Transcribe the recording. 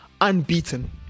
unbeaten